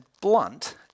blunt